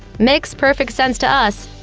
makes perfect sense to us.